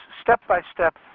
step-by-step